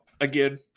again